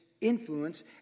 influence